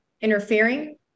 interfering